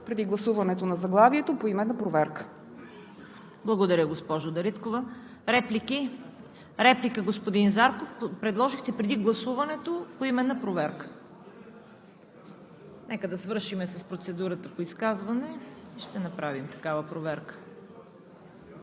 преди гласуването на заглавието поименна проверка. ПРЕДСЕДАТЕЛ ЦВЕТА КАРАЯНЧЕВА: Благодаря, госпожо Дариткова. Реплики? Реплика – господин Зарков. Предложихте преди гласуването поименна проверка. Нека да свършим с процедурата по изказване и ще направим такава проверка.